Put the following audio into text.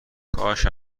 کاش